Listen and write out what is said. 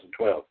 2012